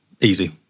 Easy